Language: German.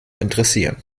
interessieren